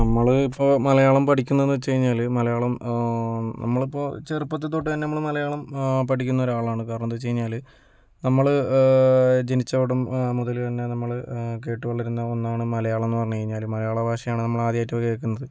നമ്മൾ ഇപ്പം മലയാളം പഠിക്കുന്നതെന്ന് വെച്ചു കഴിഞ്ഞാൽ മലയാളം നമ്മളിപ്പോൾ ചെറുപ്പത്തിൽ തൊട്ടു തന്നെ നമ്മൾ മലയാളം പഠിക്കുന്ന ഒരാളാണ് കാരണം എന്താണെന്നുവെച്ചു കഴിഞ്ഞാൽ നമ്മൾ ജനിച്ച അവിടം മുതൽ തന്നെ നമ്മൾ കേട്ട് വളരുന്ന ഒന്നാണ് മലയാളമെന്നു പറഞ്ഞു കഴിഞ്ഞാൽ മലയാള ഭാഷയാണ് നമ്മൾ ആദ്യമായിട്ട് കേൾക്കുന്നത്